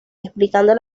explicando